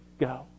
go